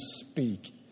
speak